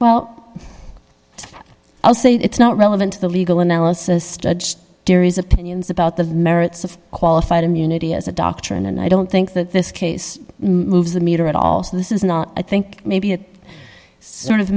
well i'll say it's not relevant to the legal analysis judged there is opinions about the merits of qualified immunity as a doctrine and i don't think that this case moves the meter at all so this is not i think maybe it sort of